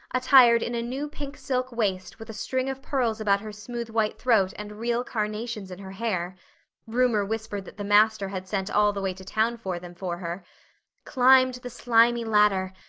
attired in a new pink-silk waist with a string of pearls about her smooth white throat and real carnations in her hair rumor whispered that the master had sent all the way to town for them for her climbed the slimy ladder,